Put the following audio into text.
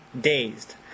dazed